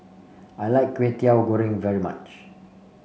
I like Kway Teow Goreng very much